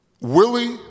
Willie